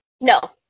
No